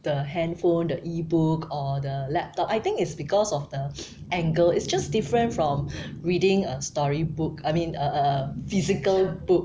the handphone the Ebook or the laptop I think it's because of the angle it's just different from reading a story book I mean a physical book